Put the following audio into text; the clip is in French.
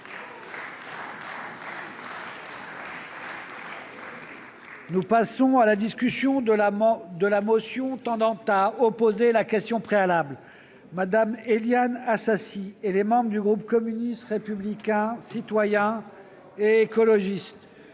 Nous passons à la discussion de la motion tendant à opposer la question préalable. Je suis saisi, par Mme Assassi et les membres du groupe communiste républicain citoyen et écologiste,